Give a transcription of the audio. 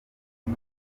nka